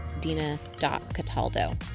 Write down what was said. Dina.Cataldo